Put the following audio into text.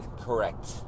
Correct